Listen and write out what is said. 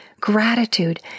gratitude